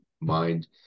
mind